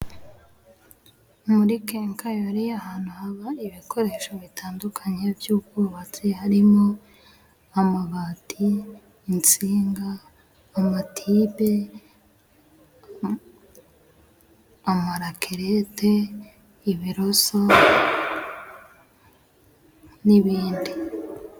Muri kenkayori ahantu haba ibikoresho bitandukanye by'ubwubatsi, harimo amabati, insinga, amatibe, amarakerete, ibiroso n'ibindi.